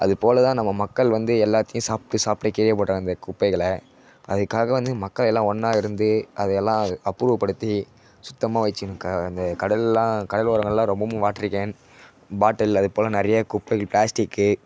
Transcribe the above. அதுபோல்தான் நம்ம மக்கள் வந்து எல்லாத்தையும் சாப்பிட்டு சாப்பிட்டு கீழேயே போடுறாங்க அந்த குப்பைகளை அதுக்காக வந்து மக்களெல்லாம் ஒன்றா இருந்து அதை எல்லாம் அப்புறப்படுத்தி சுத்தமாக வச்சிக்கணும் க அந்த கடல்லாம் கடல் ஓரங்கள்லாம் ரொம்பவும் வாட்ரு கேன் பாட்டில் அதுபோல் நிறைய குப்பைகள் பிளாஸ்டிக்கு